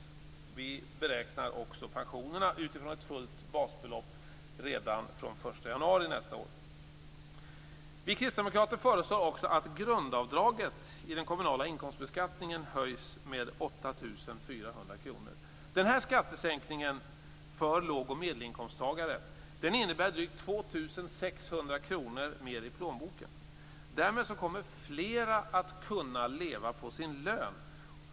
Vi beräknar också pensionerna utifrån ett fullt basbelopp redan från den 1 januari nästa år. Vi kristdemokrater föreslår också att grundavdraget i den kommunala inkomstbeskattningen höjs med 8 400 kr. Den här skattesänkningen för låg och medelinkomsttagare innebär drygt 2 600 kr mer i plånboken. Därmed kommer flera att kunna leva på sin lön.